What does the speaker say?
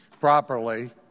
properly